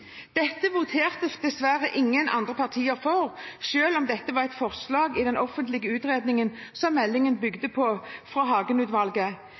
Dette voterte dessverre ingen andre partier for, selv om dette var et forslag i forbindelse med den offentlige utredningen som meldingen bygde på, fra